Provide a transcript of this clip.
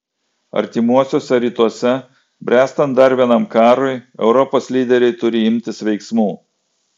artimuosiuose rytuose bręstant dar vienam karui europos lyderiai turi imtis veiksmų